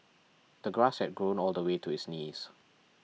the grass had grown all the way to his knees